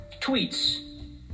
tweets